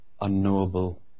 unknowable